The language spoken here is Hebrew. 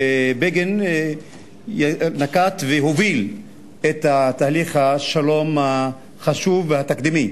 בגין נקט והוביל את תהליך השלום החשוב והתקדימי.